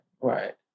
Right